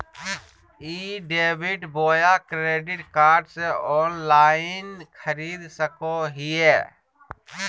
ई debit बोया credit card से online खरीद सको हिए?